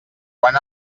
quan